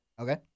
Okay